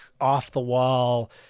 off-the-wall